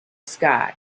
sky